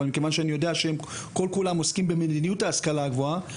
אבל מכיוון שאני יודע שהם עוסקים כל כולם במדיניות ההשכלה הגבוהה,